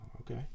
Okay